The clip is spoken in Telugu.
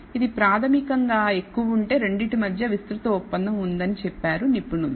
ఇది ప్రాథమికంగా ఇది ఎక్కువగా ఉంటే రెండింటి మధ్య విస్తృత ఒప్పందం ఉందని చెప్పారు నిపుణులు